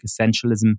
essentialism